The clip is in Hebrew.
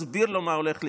הסביר לו מה הולך לקרות,